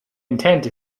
intent